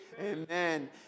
amen